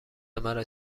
مرا